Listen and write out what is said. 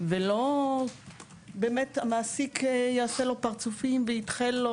ולא באמת המעסיק יעשה לו פרצופים וידחה לו